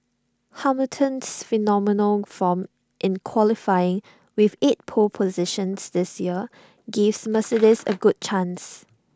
Hamilton's phenomenal form in qualifying with eight pole positions this year gives Mercedes A good chance